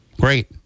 Great